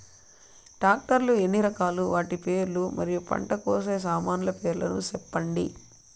Tractor లు ఎన్ని రకాలు? వాటి పేర్లు మరియు పంట కోసే సామాన్లు పేర్లను సెప్పండి?